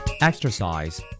Exercise